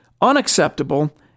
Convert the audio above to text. unacceptable